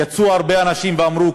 יצאו הרבה אנשים ואמרו: